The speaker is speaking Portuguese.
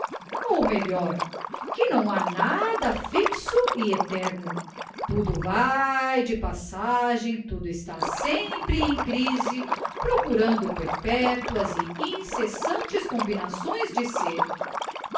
ou melhor que não ha rmda fixo e eterno tudo vae de passagem tudo está sempre em crise procurando perpetuas e incessantes combinações de ser